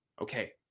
Okay